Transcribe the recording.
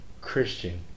Christian